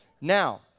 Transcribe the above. Now